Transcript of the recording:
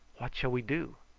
what shall we do?